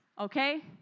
okay